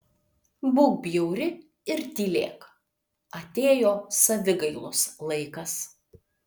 būk bjauri ir tylėk atėjo savigailos laikas